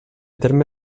terme